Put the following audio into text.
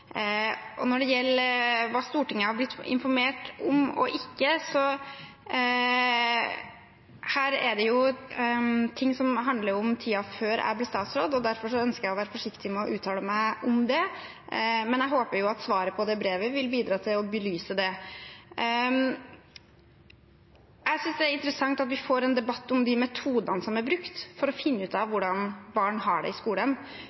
Når det gjelder hva Stortinget har blitt informert om og ikke, er det ting her som handler om tiden før jeg ble statsråd, og derfor ønsker jeg å være forsiktig med å uttale meg om det. Men jeg håper at svaret på det brevet vil bidra til å belyse det. Jeg synes det er interessant at vi får en debatt om de metodene som er brukt for å finne ut av hvordan barn har det i skolen.